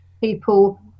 people